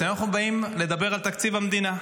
אנחנו באים לדבר על תקציב המדינה.